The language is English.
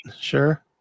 sure